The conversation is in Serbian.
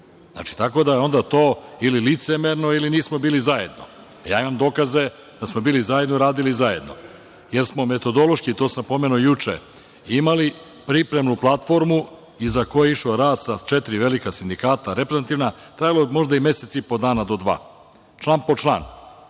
prošlo, tako da je onda to ili licemerno ili nismo bili zajedno. Ja imam dokaze da smo bili zajedno i radili zajedno, jer smo metodološki, to sam pomenuo juče, imali pripremnu platformu iza koje je išao rad sa četiri velika sindikata reprezentativna. Trajalo je možda i mesec i po dana do dva, član po član.